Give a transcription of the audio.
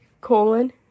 colon